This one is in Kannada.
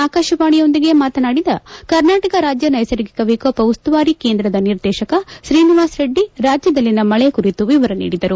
ಆಕಾಶವಾಣಿಯೊಂದಿಗೆ ಮಾತನಾಡಿದ ಕರ್ನಾಟಕ ರಾಜ್ಯ ನೈಸರ್ಗಿಕ ವಿಕೋಪ ಉಸ್ತುವಾರಿ ಕೇಂದ್ರದ ನಿರ್ದೇಶಕ ಶ್ರೀನಿವಾಸ ರೆಡ್ಡಿ ರಾಜ್ಯದಲ್ಲಿನ ಮಳೆ ಕುರಿತು ವಿವರ ನೀಡಿದರು